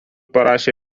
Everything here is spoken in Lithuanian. parašė